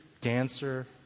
dancer